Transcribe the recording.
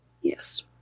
yes